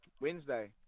Wednesday